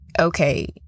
okay